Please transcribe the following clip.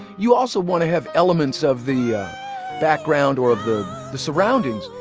you also want to have elements of the background or of the the surroundings.